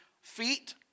feet